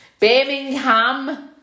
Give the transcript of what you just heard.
Birmingham